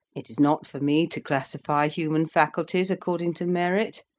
it is not for me to classify human faculties according to merit.